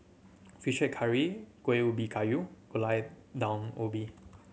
Fish Head Curry Kueh Ubi Kayu Gulai Daun Ubi